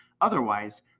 otherwise